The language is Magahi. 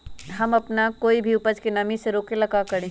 हम अपना कोई भी उपज के नमी से रोके के ले का करी?